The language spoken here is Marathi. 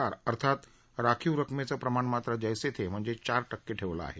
आर अर्थात राखीव रकमेचं प्रमाण मात्र जैसे थे म्हणजेच चार टक्के ठेवलं आहे